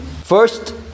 First